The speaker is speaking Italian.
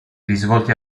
risvolti